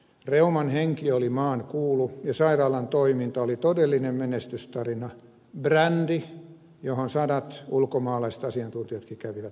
reuman henki oli maankuulu ja sairaalan toiminta oli todellinen menestystarina brändi johon sadat ulkomaalaiset asiantuntijatkin kävivät tutustumassa